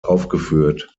aufgeführt